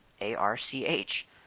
A-R-C-H